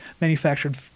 manufactured